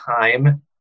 time